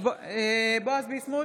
בועז ביסמוט,